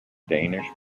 danish